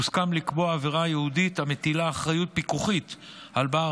הוסכם לקבוע עבירה ייעודית המטילה אחריות פיקוחית על בעל